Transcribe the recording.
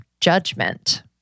Judgment